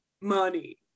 money